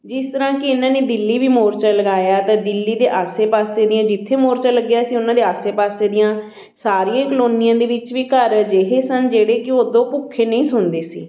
ਜਿਸ ਤਰ੍ਹਾਂ ਕਿ ਇਹਨਾਂ ਨੇ ਦਿੱਲੀ ਵੀ ਮੋਰਚਾ ਲਗਾਇਆ ਤਾਂ ਦਿੱਲੀ ਦੇ ਆਸੇ ਪਾਸੇ ਦੀਆਂ ਜਿੱਥੇ ਮੋਰਚਾ ਲੱਗਿਆ ਸੀ ਉਹਨਾਂ ਦੇ ਆਸੇ ਪਾਸੇ ਦੀਆਂ ਸਾਰੀਆਂ ਕਲੋਨੀਆਂ ਦੇ ਵਿੱਚ ਵੀ ਘਰ ਅਜਿਹੇ ਸਨ ਜਿਹੜੇ ਕਿ ਉਦੋਂ ਭੁੱਖੇ ਨਹੀਂ ਸੌਂਦੇ ਸੀ